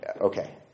Okay